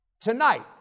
Tonight